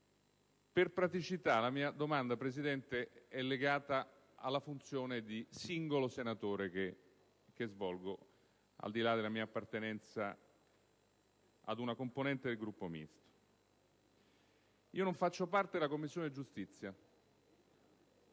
Per praticità, la mia domanda è legata alla funzione di singolo senatore che svolgo, al di là della mia appartenenza a una componente del Gruppo Misto. Io non faccio parte della Commissione giustizia,